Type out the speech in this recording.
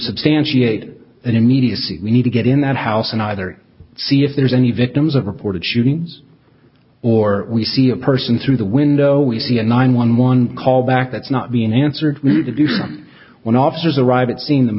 substantiate an immediacy we need to get in that house and either see if there's any victims of reported shootings or we see a person through the window we see a nine one one call back that's not be an answer when officers arrive it see